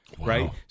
right